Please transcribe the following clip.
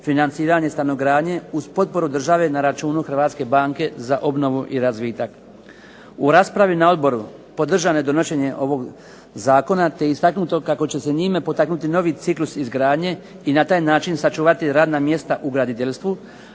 financiranje stanogradnje uz potporu države na računu Hrvatske banke za obnovu i razvitak. U raspravi na odboru podržano je donošenje ovog zakona, te je istaknuto kako će se njime potaknuti novi ciklus izgradnje i na taj način sačuvati radna mjesta u graditeljstvu,